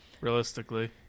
realistically